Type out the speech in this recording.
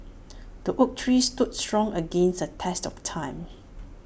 the oak tree stood strong against the test of time